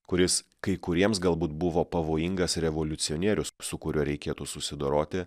kuris kai kuriems galbūt buvo pavojingas revoliucionierius su kuriuo reikėtų susidoroti